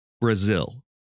Brazil